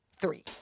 three